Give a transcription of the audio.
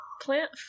plant